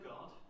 God